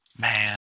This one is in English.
Man